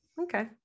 Okay